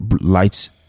lights